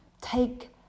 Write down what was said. Take